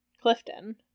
Clifton